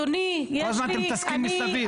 אדוני, יש לי --- כל הזמן אתם מתעסקים מסביב.